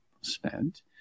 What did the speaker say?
spent